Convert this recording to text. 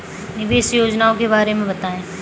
निवेश योजनाओं के बारे में बताएँ?